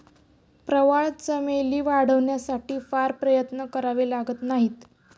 प्रवाळ चमेली वाढवण्यासाठी फार प्रयत्न करावे लागत नाहीत